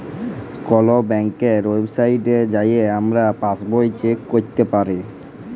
call ব্যাংকের ওয়েবসাইটে যাঁয়ে আমরা পাসবই চ্যাক ক্যইরতে পারি